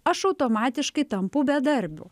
aš automatiškai tampu bedarbiu